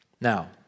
Now